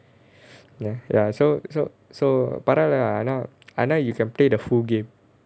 ya ya so so so பரவால ஆனா ஆனா:paravaala aanaa aanaa you can play the full game